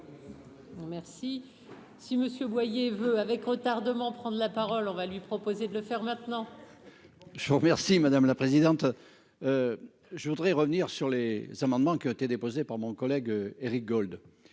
Merci si Monsieur Boyer veut avec retardement prendre la parole, on va lui proposer de le faire maintenant. Je vous remercie, madame la présidente, je voudrais revenir sur les amendements qui ont été déposés par mon collègue Éric Gold